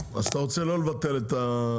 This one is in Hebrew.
אז אתה רוצה לא לבטל את הטייס האוטומטי?